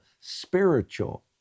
spiritual